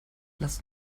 lasst